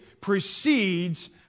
precedes